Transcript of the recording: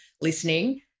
listening